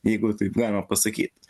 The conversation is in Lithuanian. jeigu taip galima pasakyt